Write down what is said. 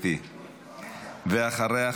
ואחריה,